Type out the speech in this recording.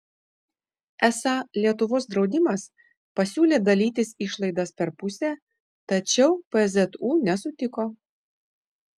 esą lietuvos draudimas pasiūlė dalytis išlaidas per pusę tačiau pzu nesutiko